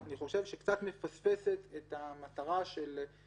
שאני חושב שקצת מפספסת את המטרה שהוועדה